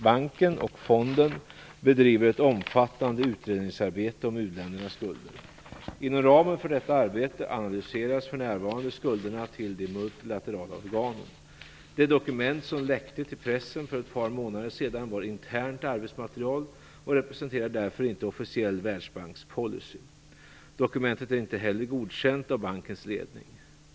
Banken och fonden bedriver ett omfattande utredningsarbete om u-ländernas skulder. Inom ramen för detta arbete analyseras för närvarande skulderna till de multilaterala organen. Det dokument som "läckte" till pressen för ett par månader sedan var internt arbetsmaterial och representerar därför inte officiell världsbankspolicy. Dokumentet är inte heller godkänt av bankens ledning.